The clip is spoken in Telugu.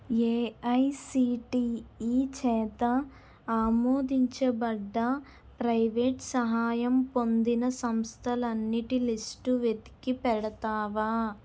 ఏఐసిటిఈ చేత ఆమోదించబడ్డ ప్రైవేట్ సహాయం పొందిన సంస్థలన్నిటి లిస్టు వెతికి పెడతావా